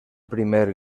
primer